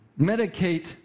medicate